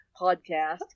podcast